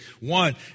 One